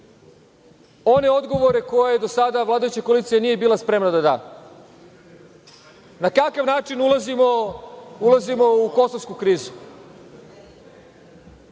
one odgovore koje do sada vladajuća koalicija nije bila spremna da da. Na kakav način ulazimo u kosovsku krizu?